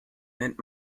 nennt